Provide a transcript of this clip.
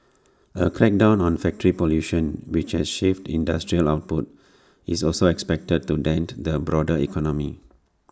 A crackdown on factory pollution which has shaved industrial output is also expected to dent the broader economy